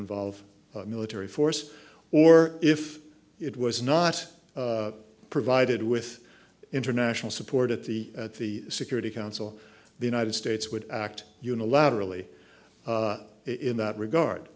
involve military force or if it was not provided with international support at the at the security council the united states would act unilaterally in that regard